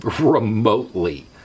remotely